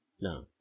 No